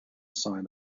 sign